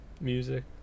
Music